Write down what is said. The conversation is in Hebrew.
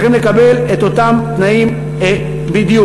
צריכים לקבל את אותם תנאים בדיוק.